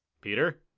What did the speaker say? Peter